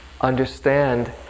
understand